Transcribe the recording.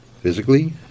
physically